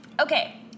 okay